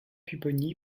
pupponi